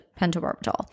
pentobarbital